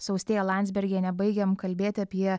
su austėja landsbergiene baigėm kalbėti apie